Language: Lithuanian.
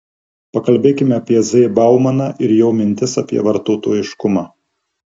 pakalbėkime apie z baumaną ir jo mintis apie vartotojiškumą